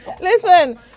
listen